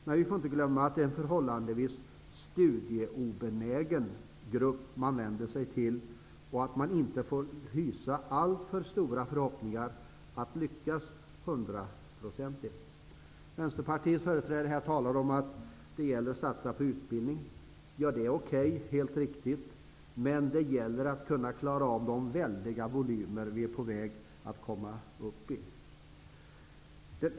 Men vi får inte glömma att det är en förhållandevis ''studieobenägen'' grupp som man vänder sig till. Man får inte hysa alltför stora förhoppningar om att lyckas hundraprocentigt. Vänsterpartiets företrädare talar här om att det gäller att satsa på utbildning. Det är helt riktigt. Men det gäller att klara av de väldiga volymer vi är på väg mot.